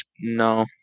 No